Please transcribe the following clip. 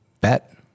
bet